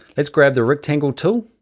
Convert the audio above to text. let's grab the rectangle tool.